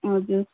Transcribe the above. हजुर